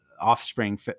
offspring